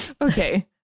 Okay